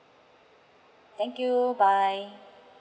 thank you bye